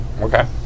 Okay